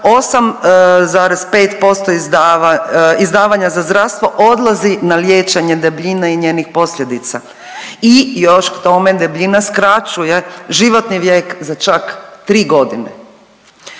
8,5% izdavanja za zdravstvo odlazi na liječenje debljine i njenih posljedica i još k tome debljina skraćuje životni vijek za čak 3.g..